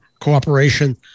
cooperation